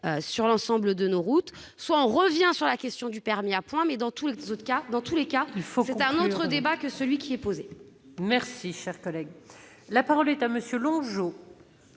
sur l'ensemble de nos routes, soit on revient sur la question du permis à points. Dans tous les cas, c'est un autre débat que celui qui est posé ici. La parole est à M.